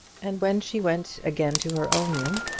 and when she went again to her own room,